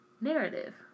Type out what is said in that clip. narrative